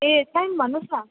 ए time भन्नुहोस् न